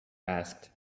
asked